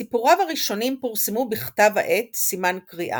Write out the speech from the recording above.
סיפוריו הראשונים פורסמו בכתב-העת "סימן קריאה".